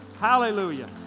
Hallelujah